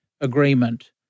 agreement